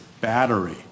battery